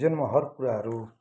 जीवनमा हर कुराहरू